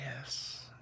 Yes